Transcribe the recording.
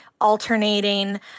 alternating